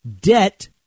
debt